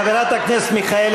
חברת הכנסת מיכאלי,